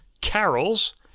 carols